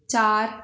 ਚਾਰ